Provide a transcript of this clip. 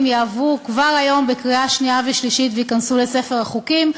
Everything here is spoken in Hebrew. יעברו כבר היום בקריאה שנייה ושלישית וייכנסו לספר החוקים,